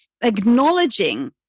acknowledging